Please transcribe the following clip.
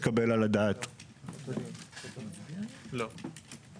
אשמח לשמוע על הטענות האלה.